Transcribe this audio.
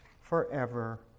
forever